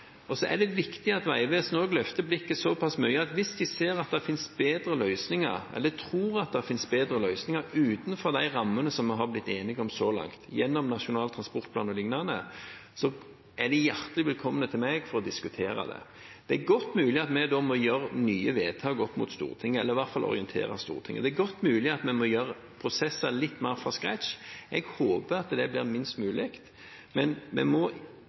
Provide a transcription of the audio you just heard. og så er det viktig at Vegvesenet også løfter blikket såpass mye at de ser at hvis det finnes bedre løsninger, eller tror at det finnes bedre løsninger utenfor de rammene som vi har blitt enige om så langt gjennom Nasjonal transportplan o.l., er de hjertelig velkommen til meg for å diskutere det. Det er godt mulig at vi da må gjøre nye vedtak opp mot Stortinget, eller i hvert fall orientere Stortinget. Det er godt mulig at vi må gjøre prosesser litt mer fra scratch. Jeg håper det blir minst mulig, men når verden endrer seg såpass mye gjennom ny informasjon, må